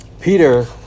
Peter